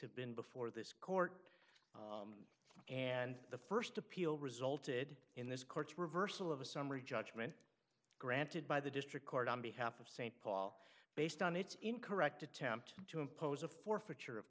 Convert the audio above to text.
have been before this court and the first appeal resulted in this court's reversal of a summary judgment granted by the district court on behalf of st paul based on its incorrect attempt to impose a forfeiture of